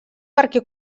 perquè